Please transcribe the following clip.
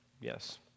yes